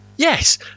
Yes